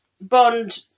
Bond